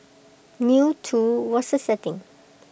new too was the setting